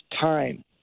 time